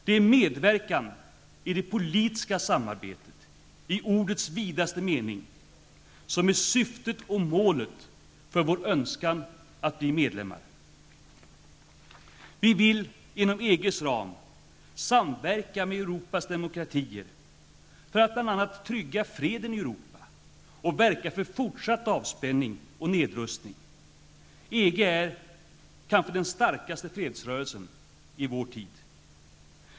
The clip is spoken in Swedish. Det är medverkan i det politiska samarbetet, i ordets vidaste mening, som är syftet och målet för vår önskan att bli medlemmar. Vi vill inom EGs ram samverka med Europas demokratier för att bl.a. trygga freden i Europa och verka för fortsatt avspänning och nedrustning. EG är kanske den starkaste fredsrörelsen i vår tid.